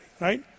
right